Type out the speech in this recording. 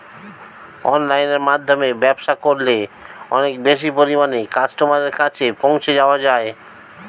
অনলাইনের মাধ্যমে ব্যবসা করলে অনেক বেশি পরিমাণে কাস্টমারের কাছে পৌঁছে যাওয়া যায়?